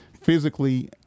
physically